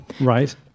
Right